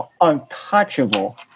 untouchable